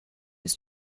his